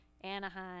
Anaheim